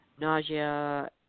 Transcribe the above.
nausea